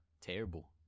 Terrible